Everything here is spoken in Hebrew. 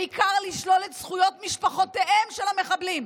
בעיקר לשלול את זכויות משפחותיהם של המחבלים.